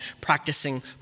practicing